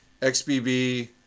XBB